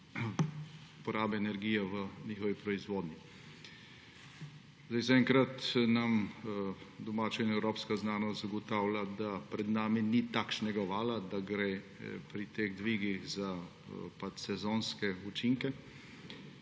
porabe energije v njihovi proizvodnji. Zaenkrat nam domača in evropska znanost zagotavlja, da pred nami ni takšnega vala, da gre pri teh dvigih za sezonske učinke.